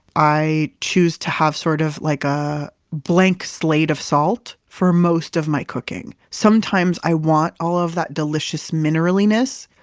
i choose to have sort a like ah blank slate of salt for most of my cooking. sometimes i want all of that delicious mineral-iness.